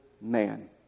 man